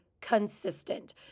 consistent